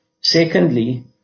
Secondly